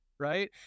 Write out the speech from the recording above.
Right